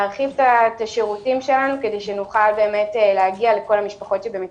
להרחיב את השירותים שלנו כדי שנוכל להגיע לכול המשפחות שבמצוקה.